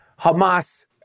Hamas